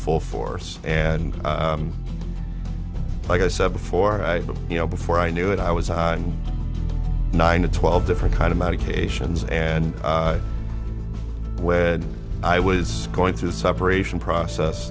full force and like i said before i you know before i knew it i was nine to twelve different kind of medications and where i was going through the separation process